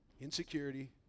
Insecurity